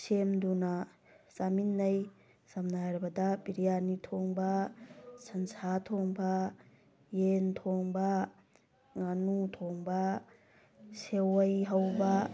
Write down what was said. ꯁꯦꯝꯗꯨꯅ ꯆꯥꯃꯤꯟꯅꯩ ꯁꯝꯅ ꯍꯥꯏꯔꯕꯗ ꯕ꯭ꯔꯤꯌꯥꯅꯤ ꯊꯣꯡꯕ ꯁꯟꯁꯥ ꯊꯣꯡꯕ ꯌꯦꯟ ꯊꯣꯡꯕ ꯉꯥꯟꯅꯨꯊꯣꯡꯕ ꯁꯦꯋꯩ ꯍꯧꯕ